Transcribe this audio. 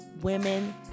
women